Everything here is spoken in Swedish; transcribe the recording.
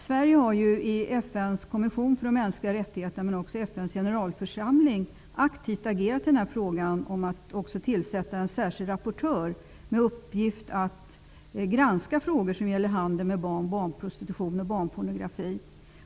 Sverige har ju i FN:s konvention för de mänskliga rättigheterna men också i FN:s generalförsamling aktivt agerat i den här frågan när det gäller att tillsätta en särskild rapportör med uppgiften att granska frågor som gäller handel med barn, barnprostitution och barnpornografi.